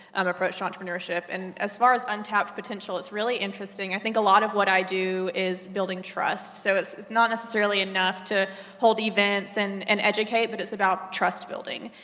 um, approach to entrepreneurship. and as far as untapped potential is really interesting, i think a lot of what i do is building trust. so, it's, it's not necessarily enough to hold events and, and educate, but it's about trust building.